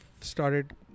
started